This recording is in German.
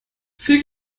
viel